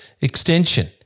extension